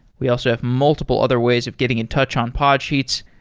we also have multiple other ways of getting in touch on podsheets.